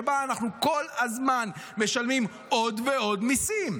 שבה אנחנו כל הזמן משלמים עוד ועוד מיסים,